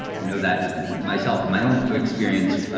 i know that myself, my own but experience,